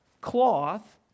cloth